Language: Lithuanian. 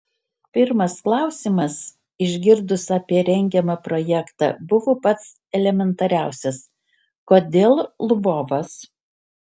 pirmas klausimas išgirdus apie rengiamą projektą buvo pats elementariausias kodėl lvovas